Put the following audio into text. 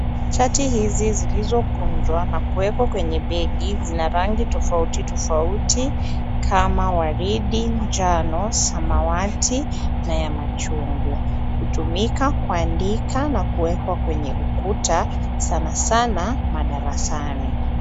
Chati hizi zilizokunjwa na kuwekwa kwenye begi, zina rangi tofauti tofauti, kama waridi, njano, samawati, na ya machungwa. Hutumika kuandika na kuekwa kwenye ukuta, sana sana madarasani.